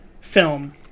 film